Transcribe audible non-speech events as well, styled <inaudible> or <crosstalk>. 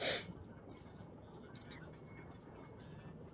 <breath>